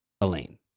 Elaine